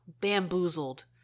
bamboozled